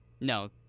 No